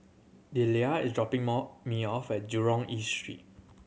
Dellia is dropping me off at Jurong East Street